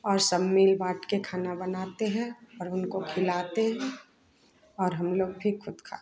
और सब मिल बांटकर खाना बनाते हैं और उनको खिलाते हैं और हम लोग भी खुद खाते हैं